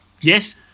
Yes